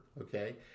Okay